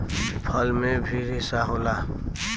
फल में भी रेसा होला